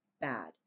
bad